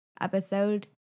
episode